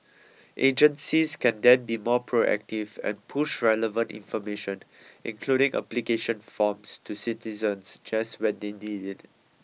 agencies can then be more proactive and push relevant information including application forms to citizens just when they need it